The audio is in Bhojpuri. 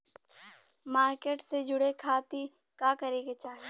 मार्केट से जुड़े खाती का करे के चाही?